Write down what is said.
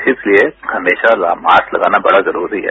इसलिए हमेशा मास्क लगाना बड़ा जरूरी है